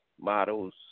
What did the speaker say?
models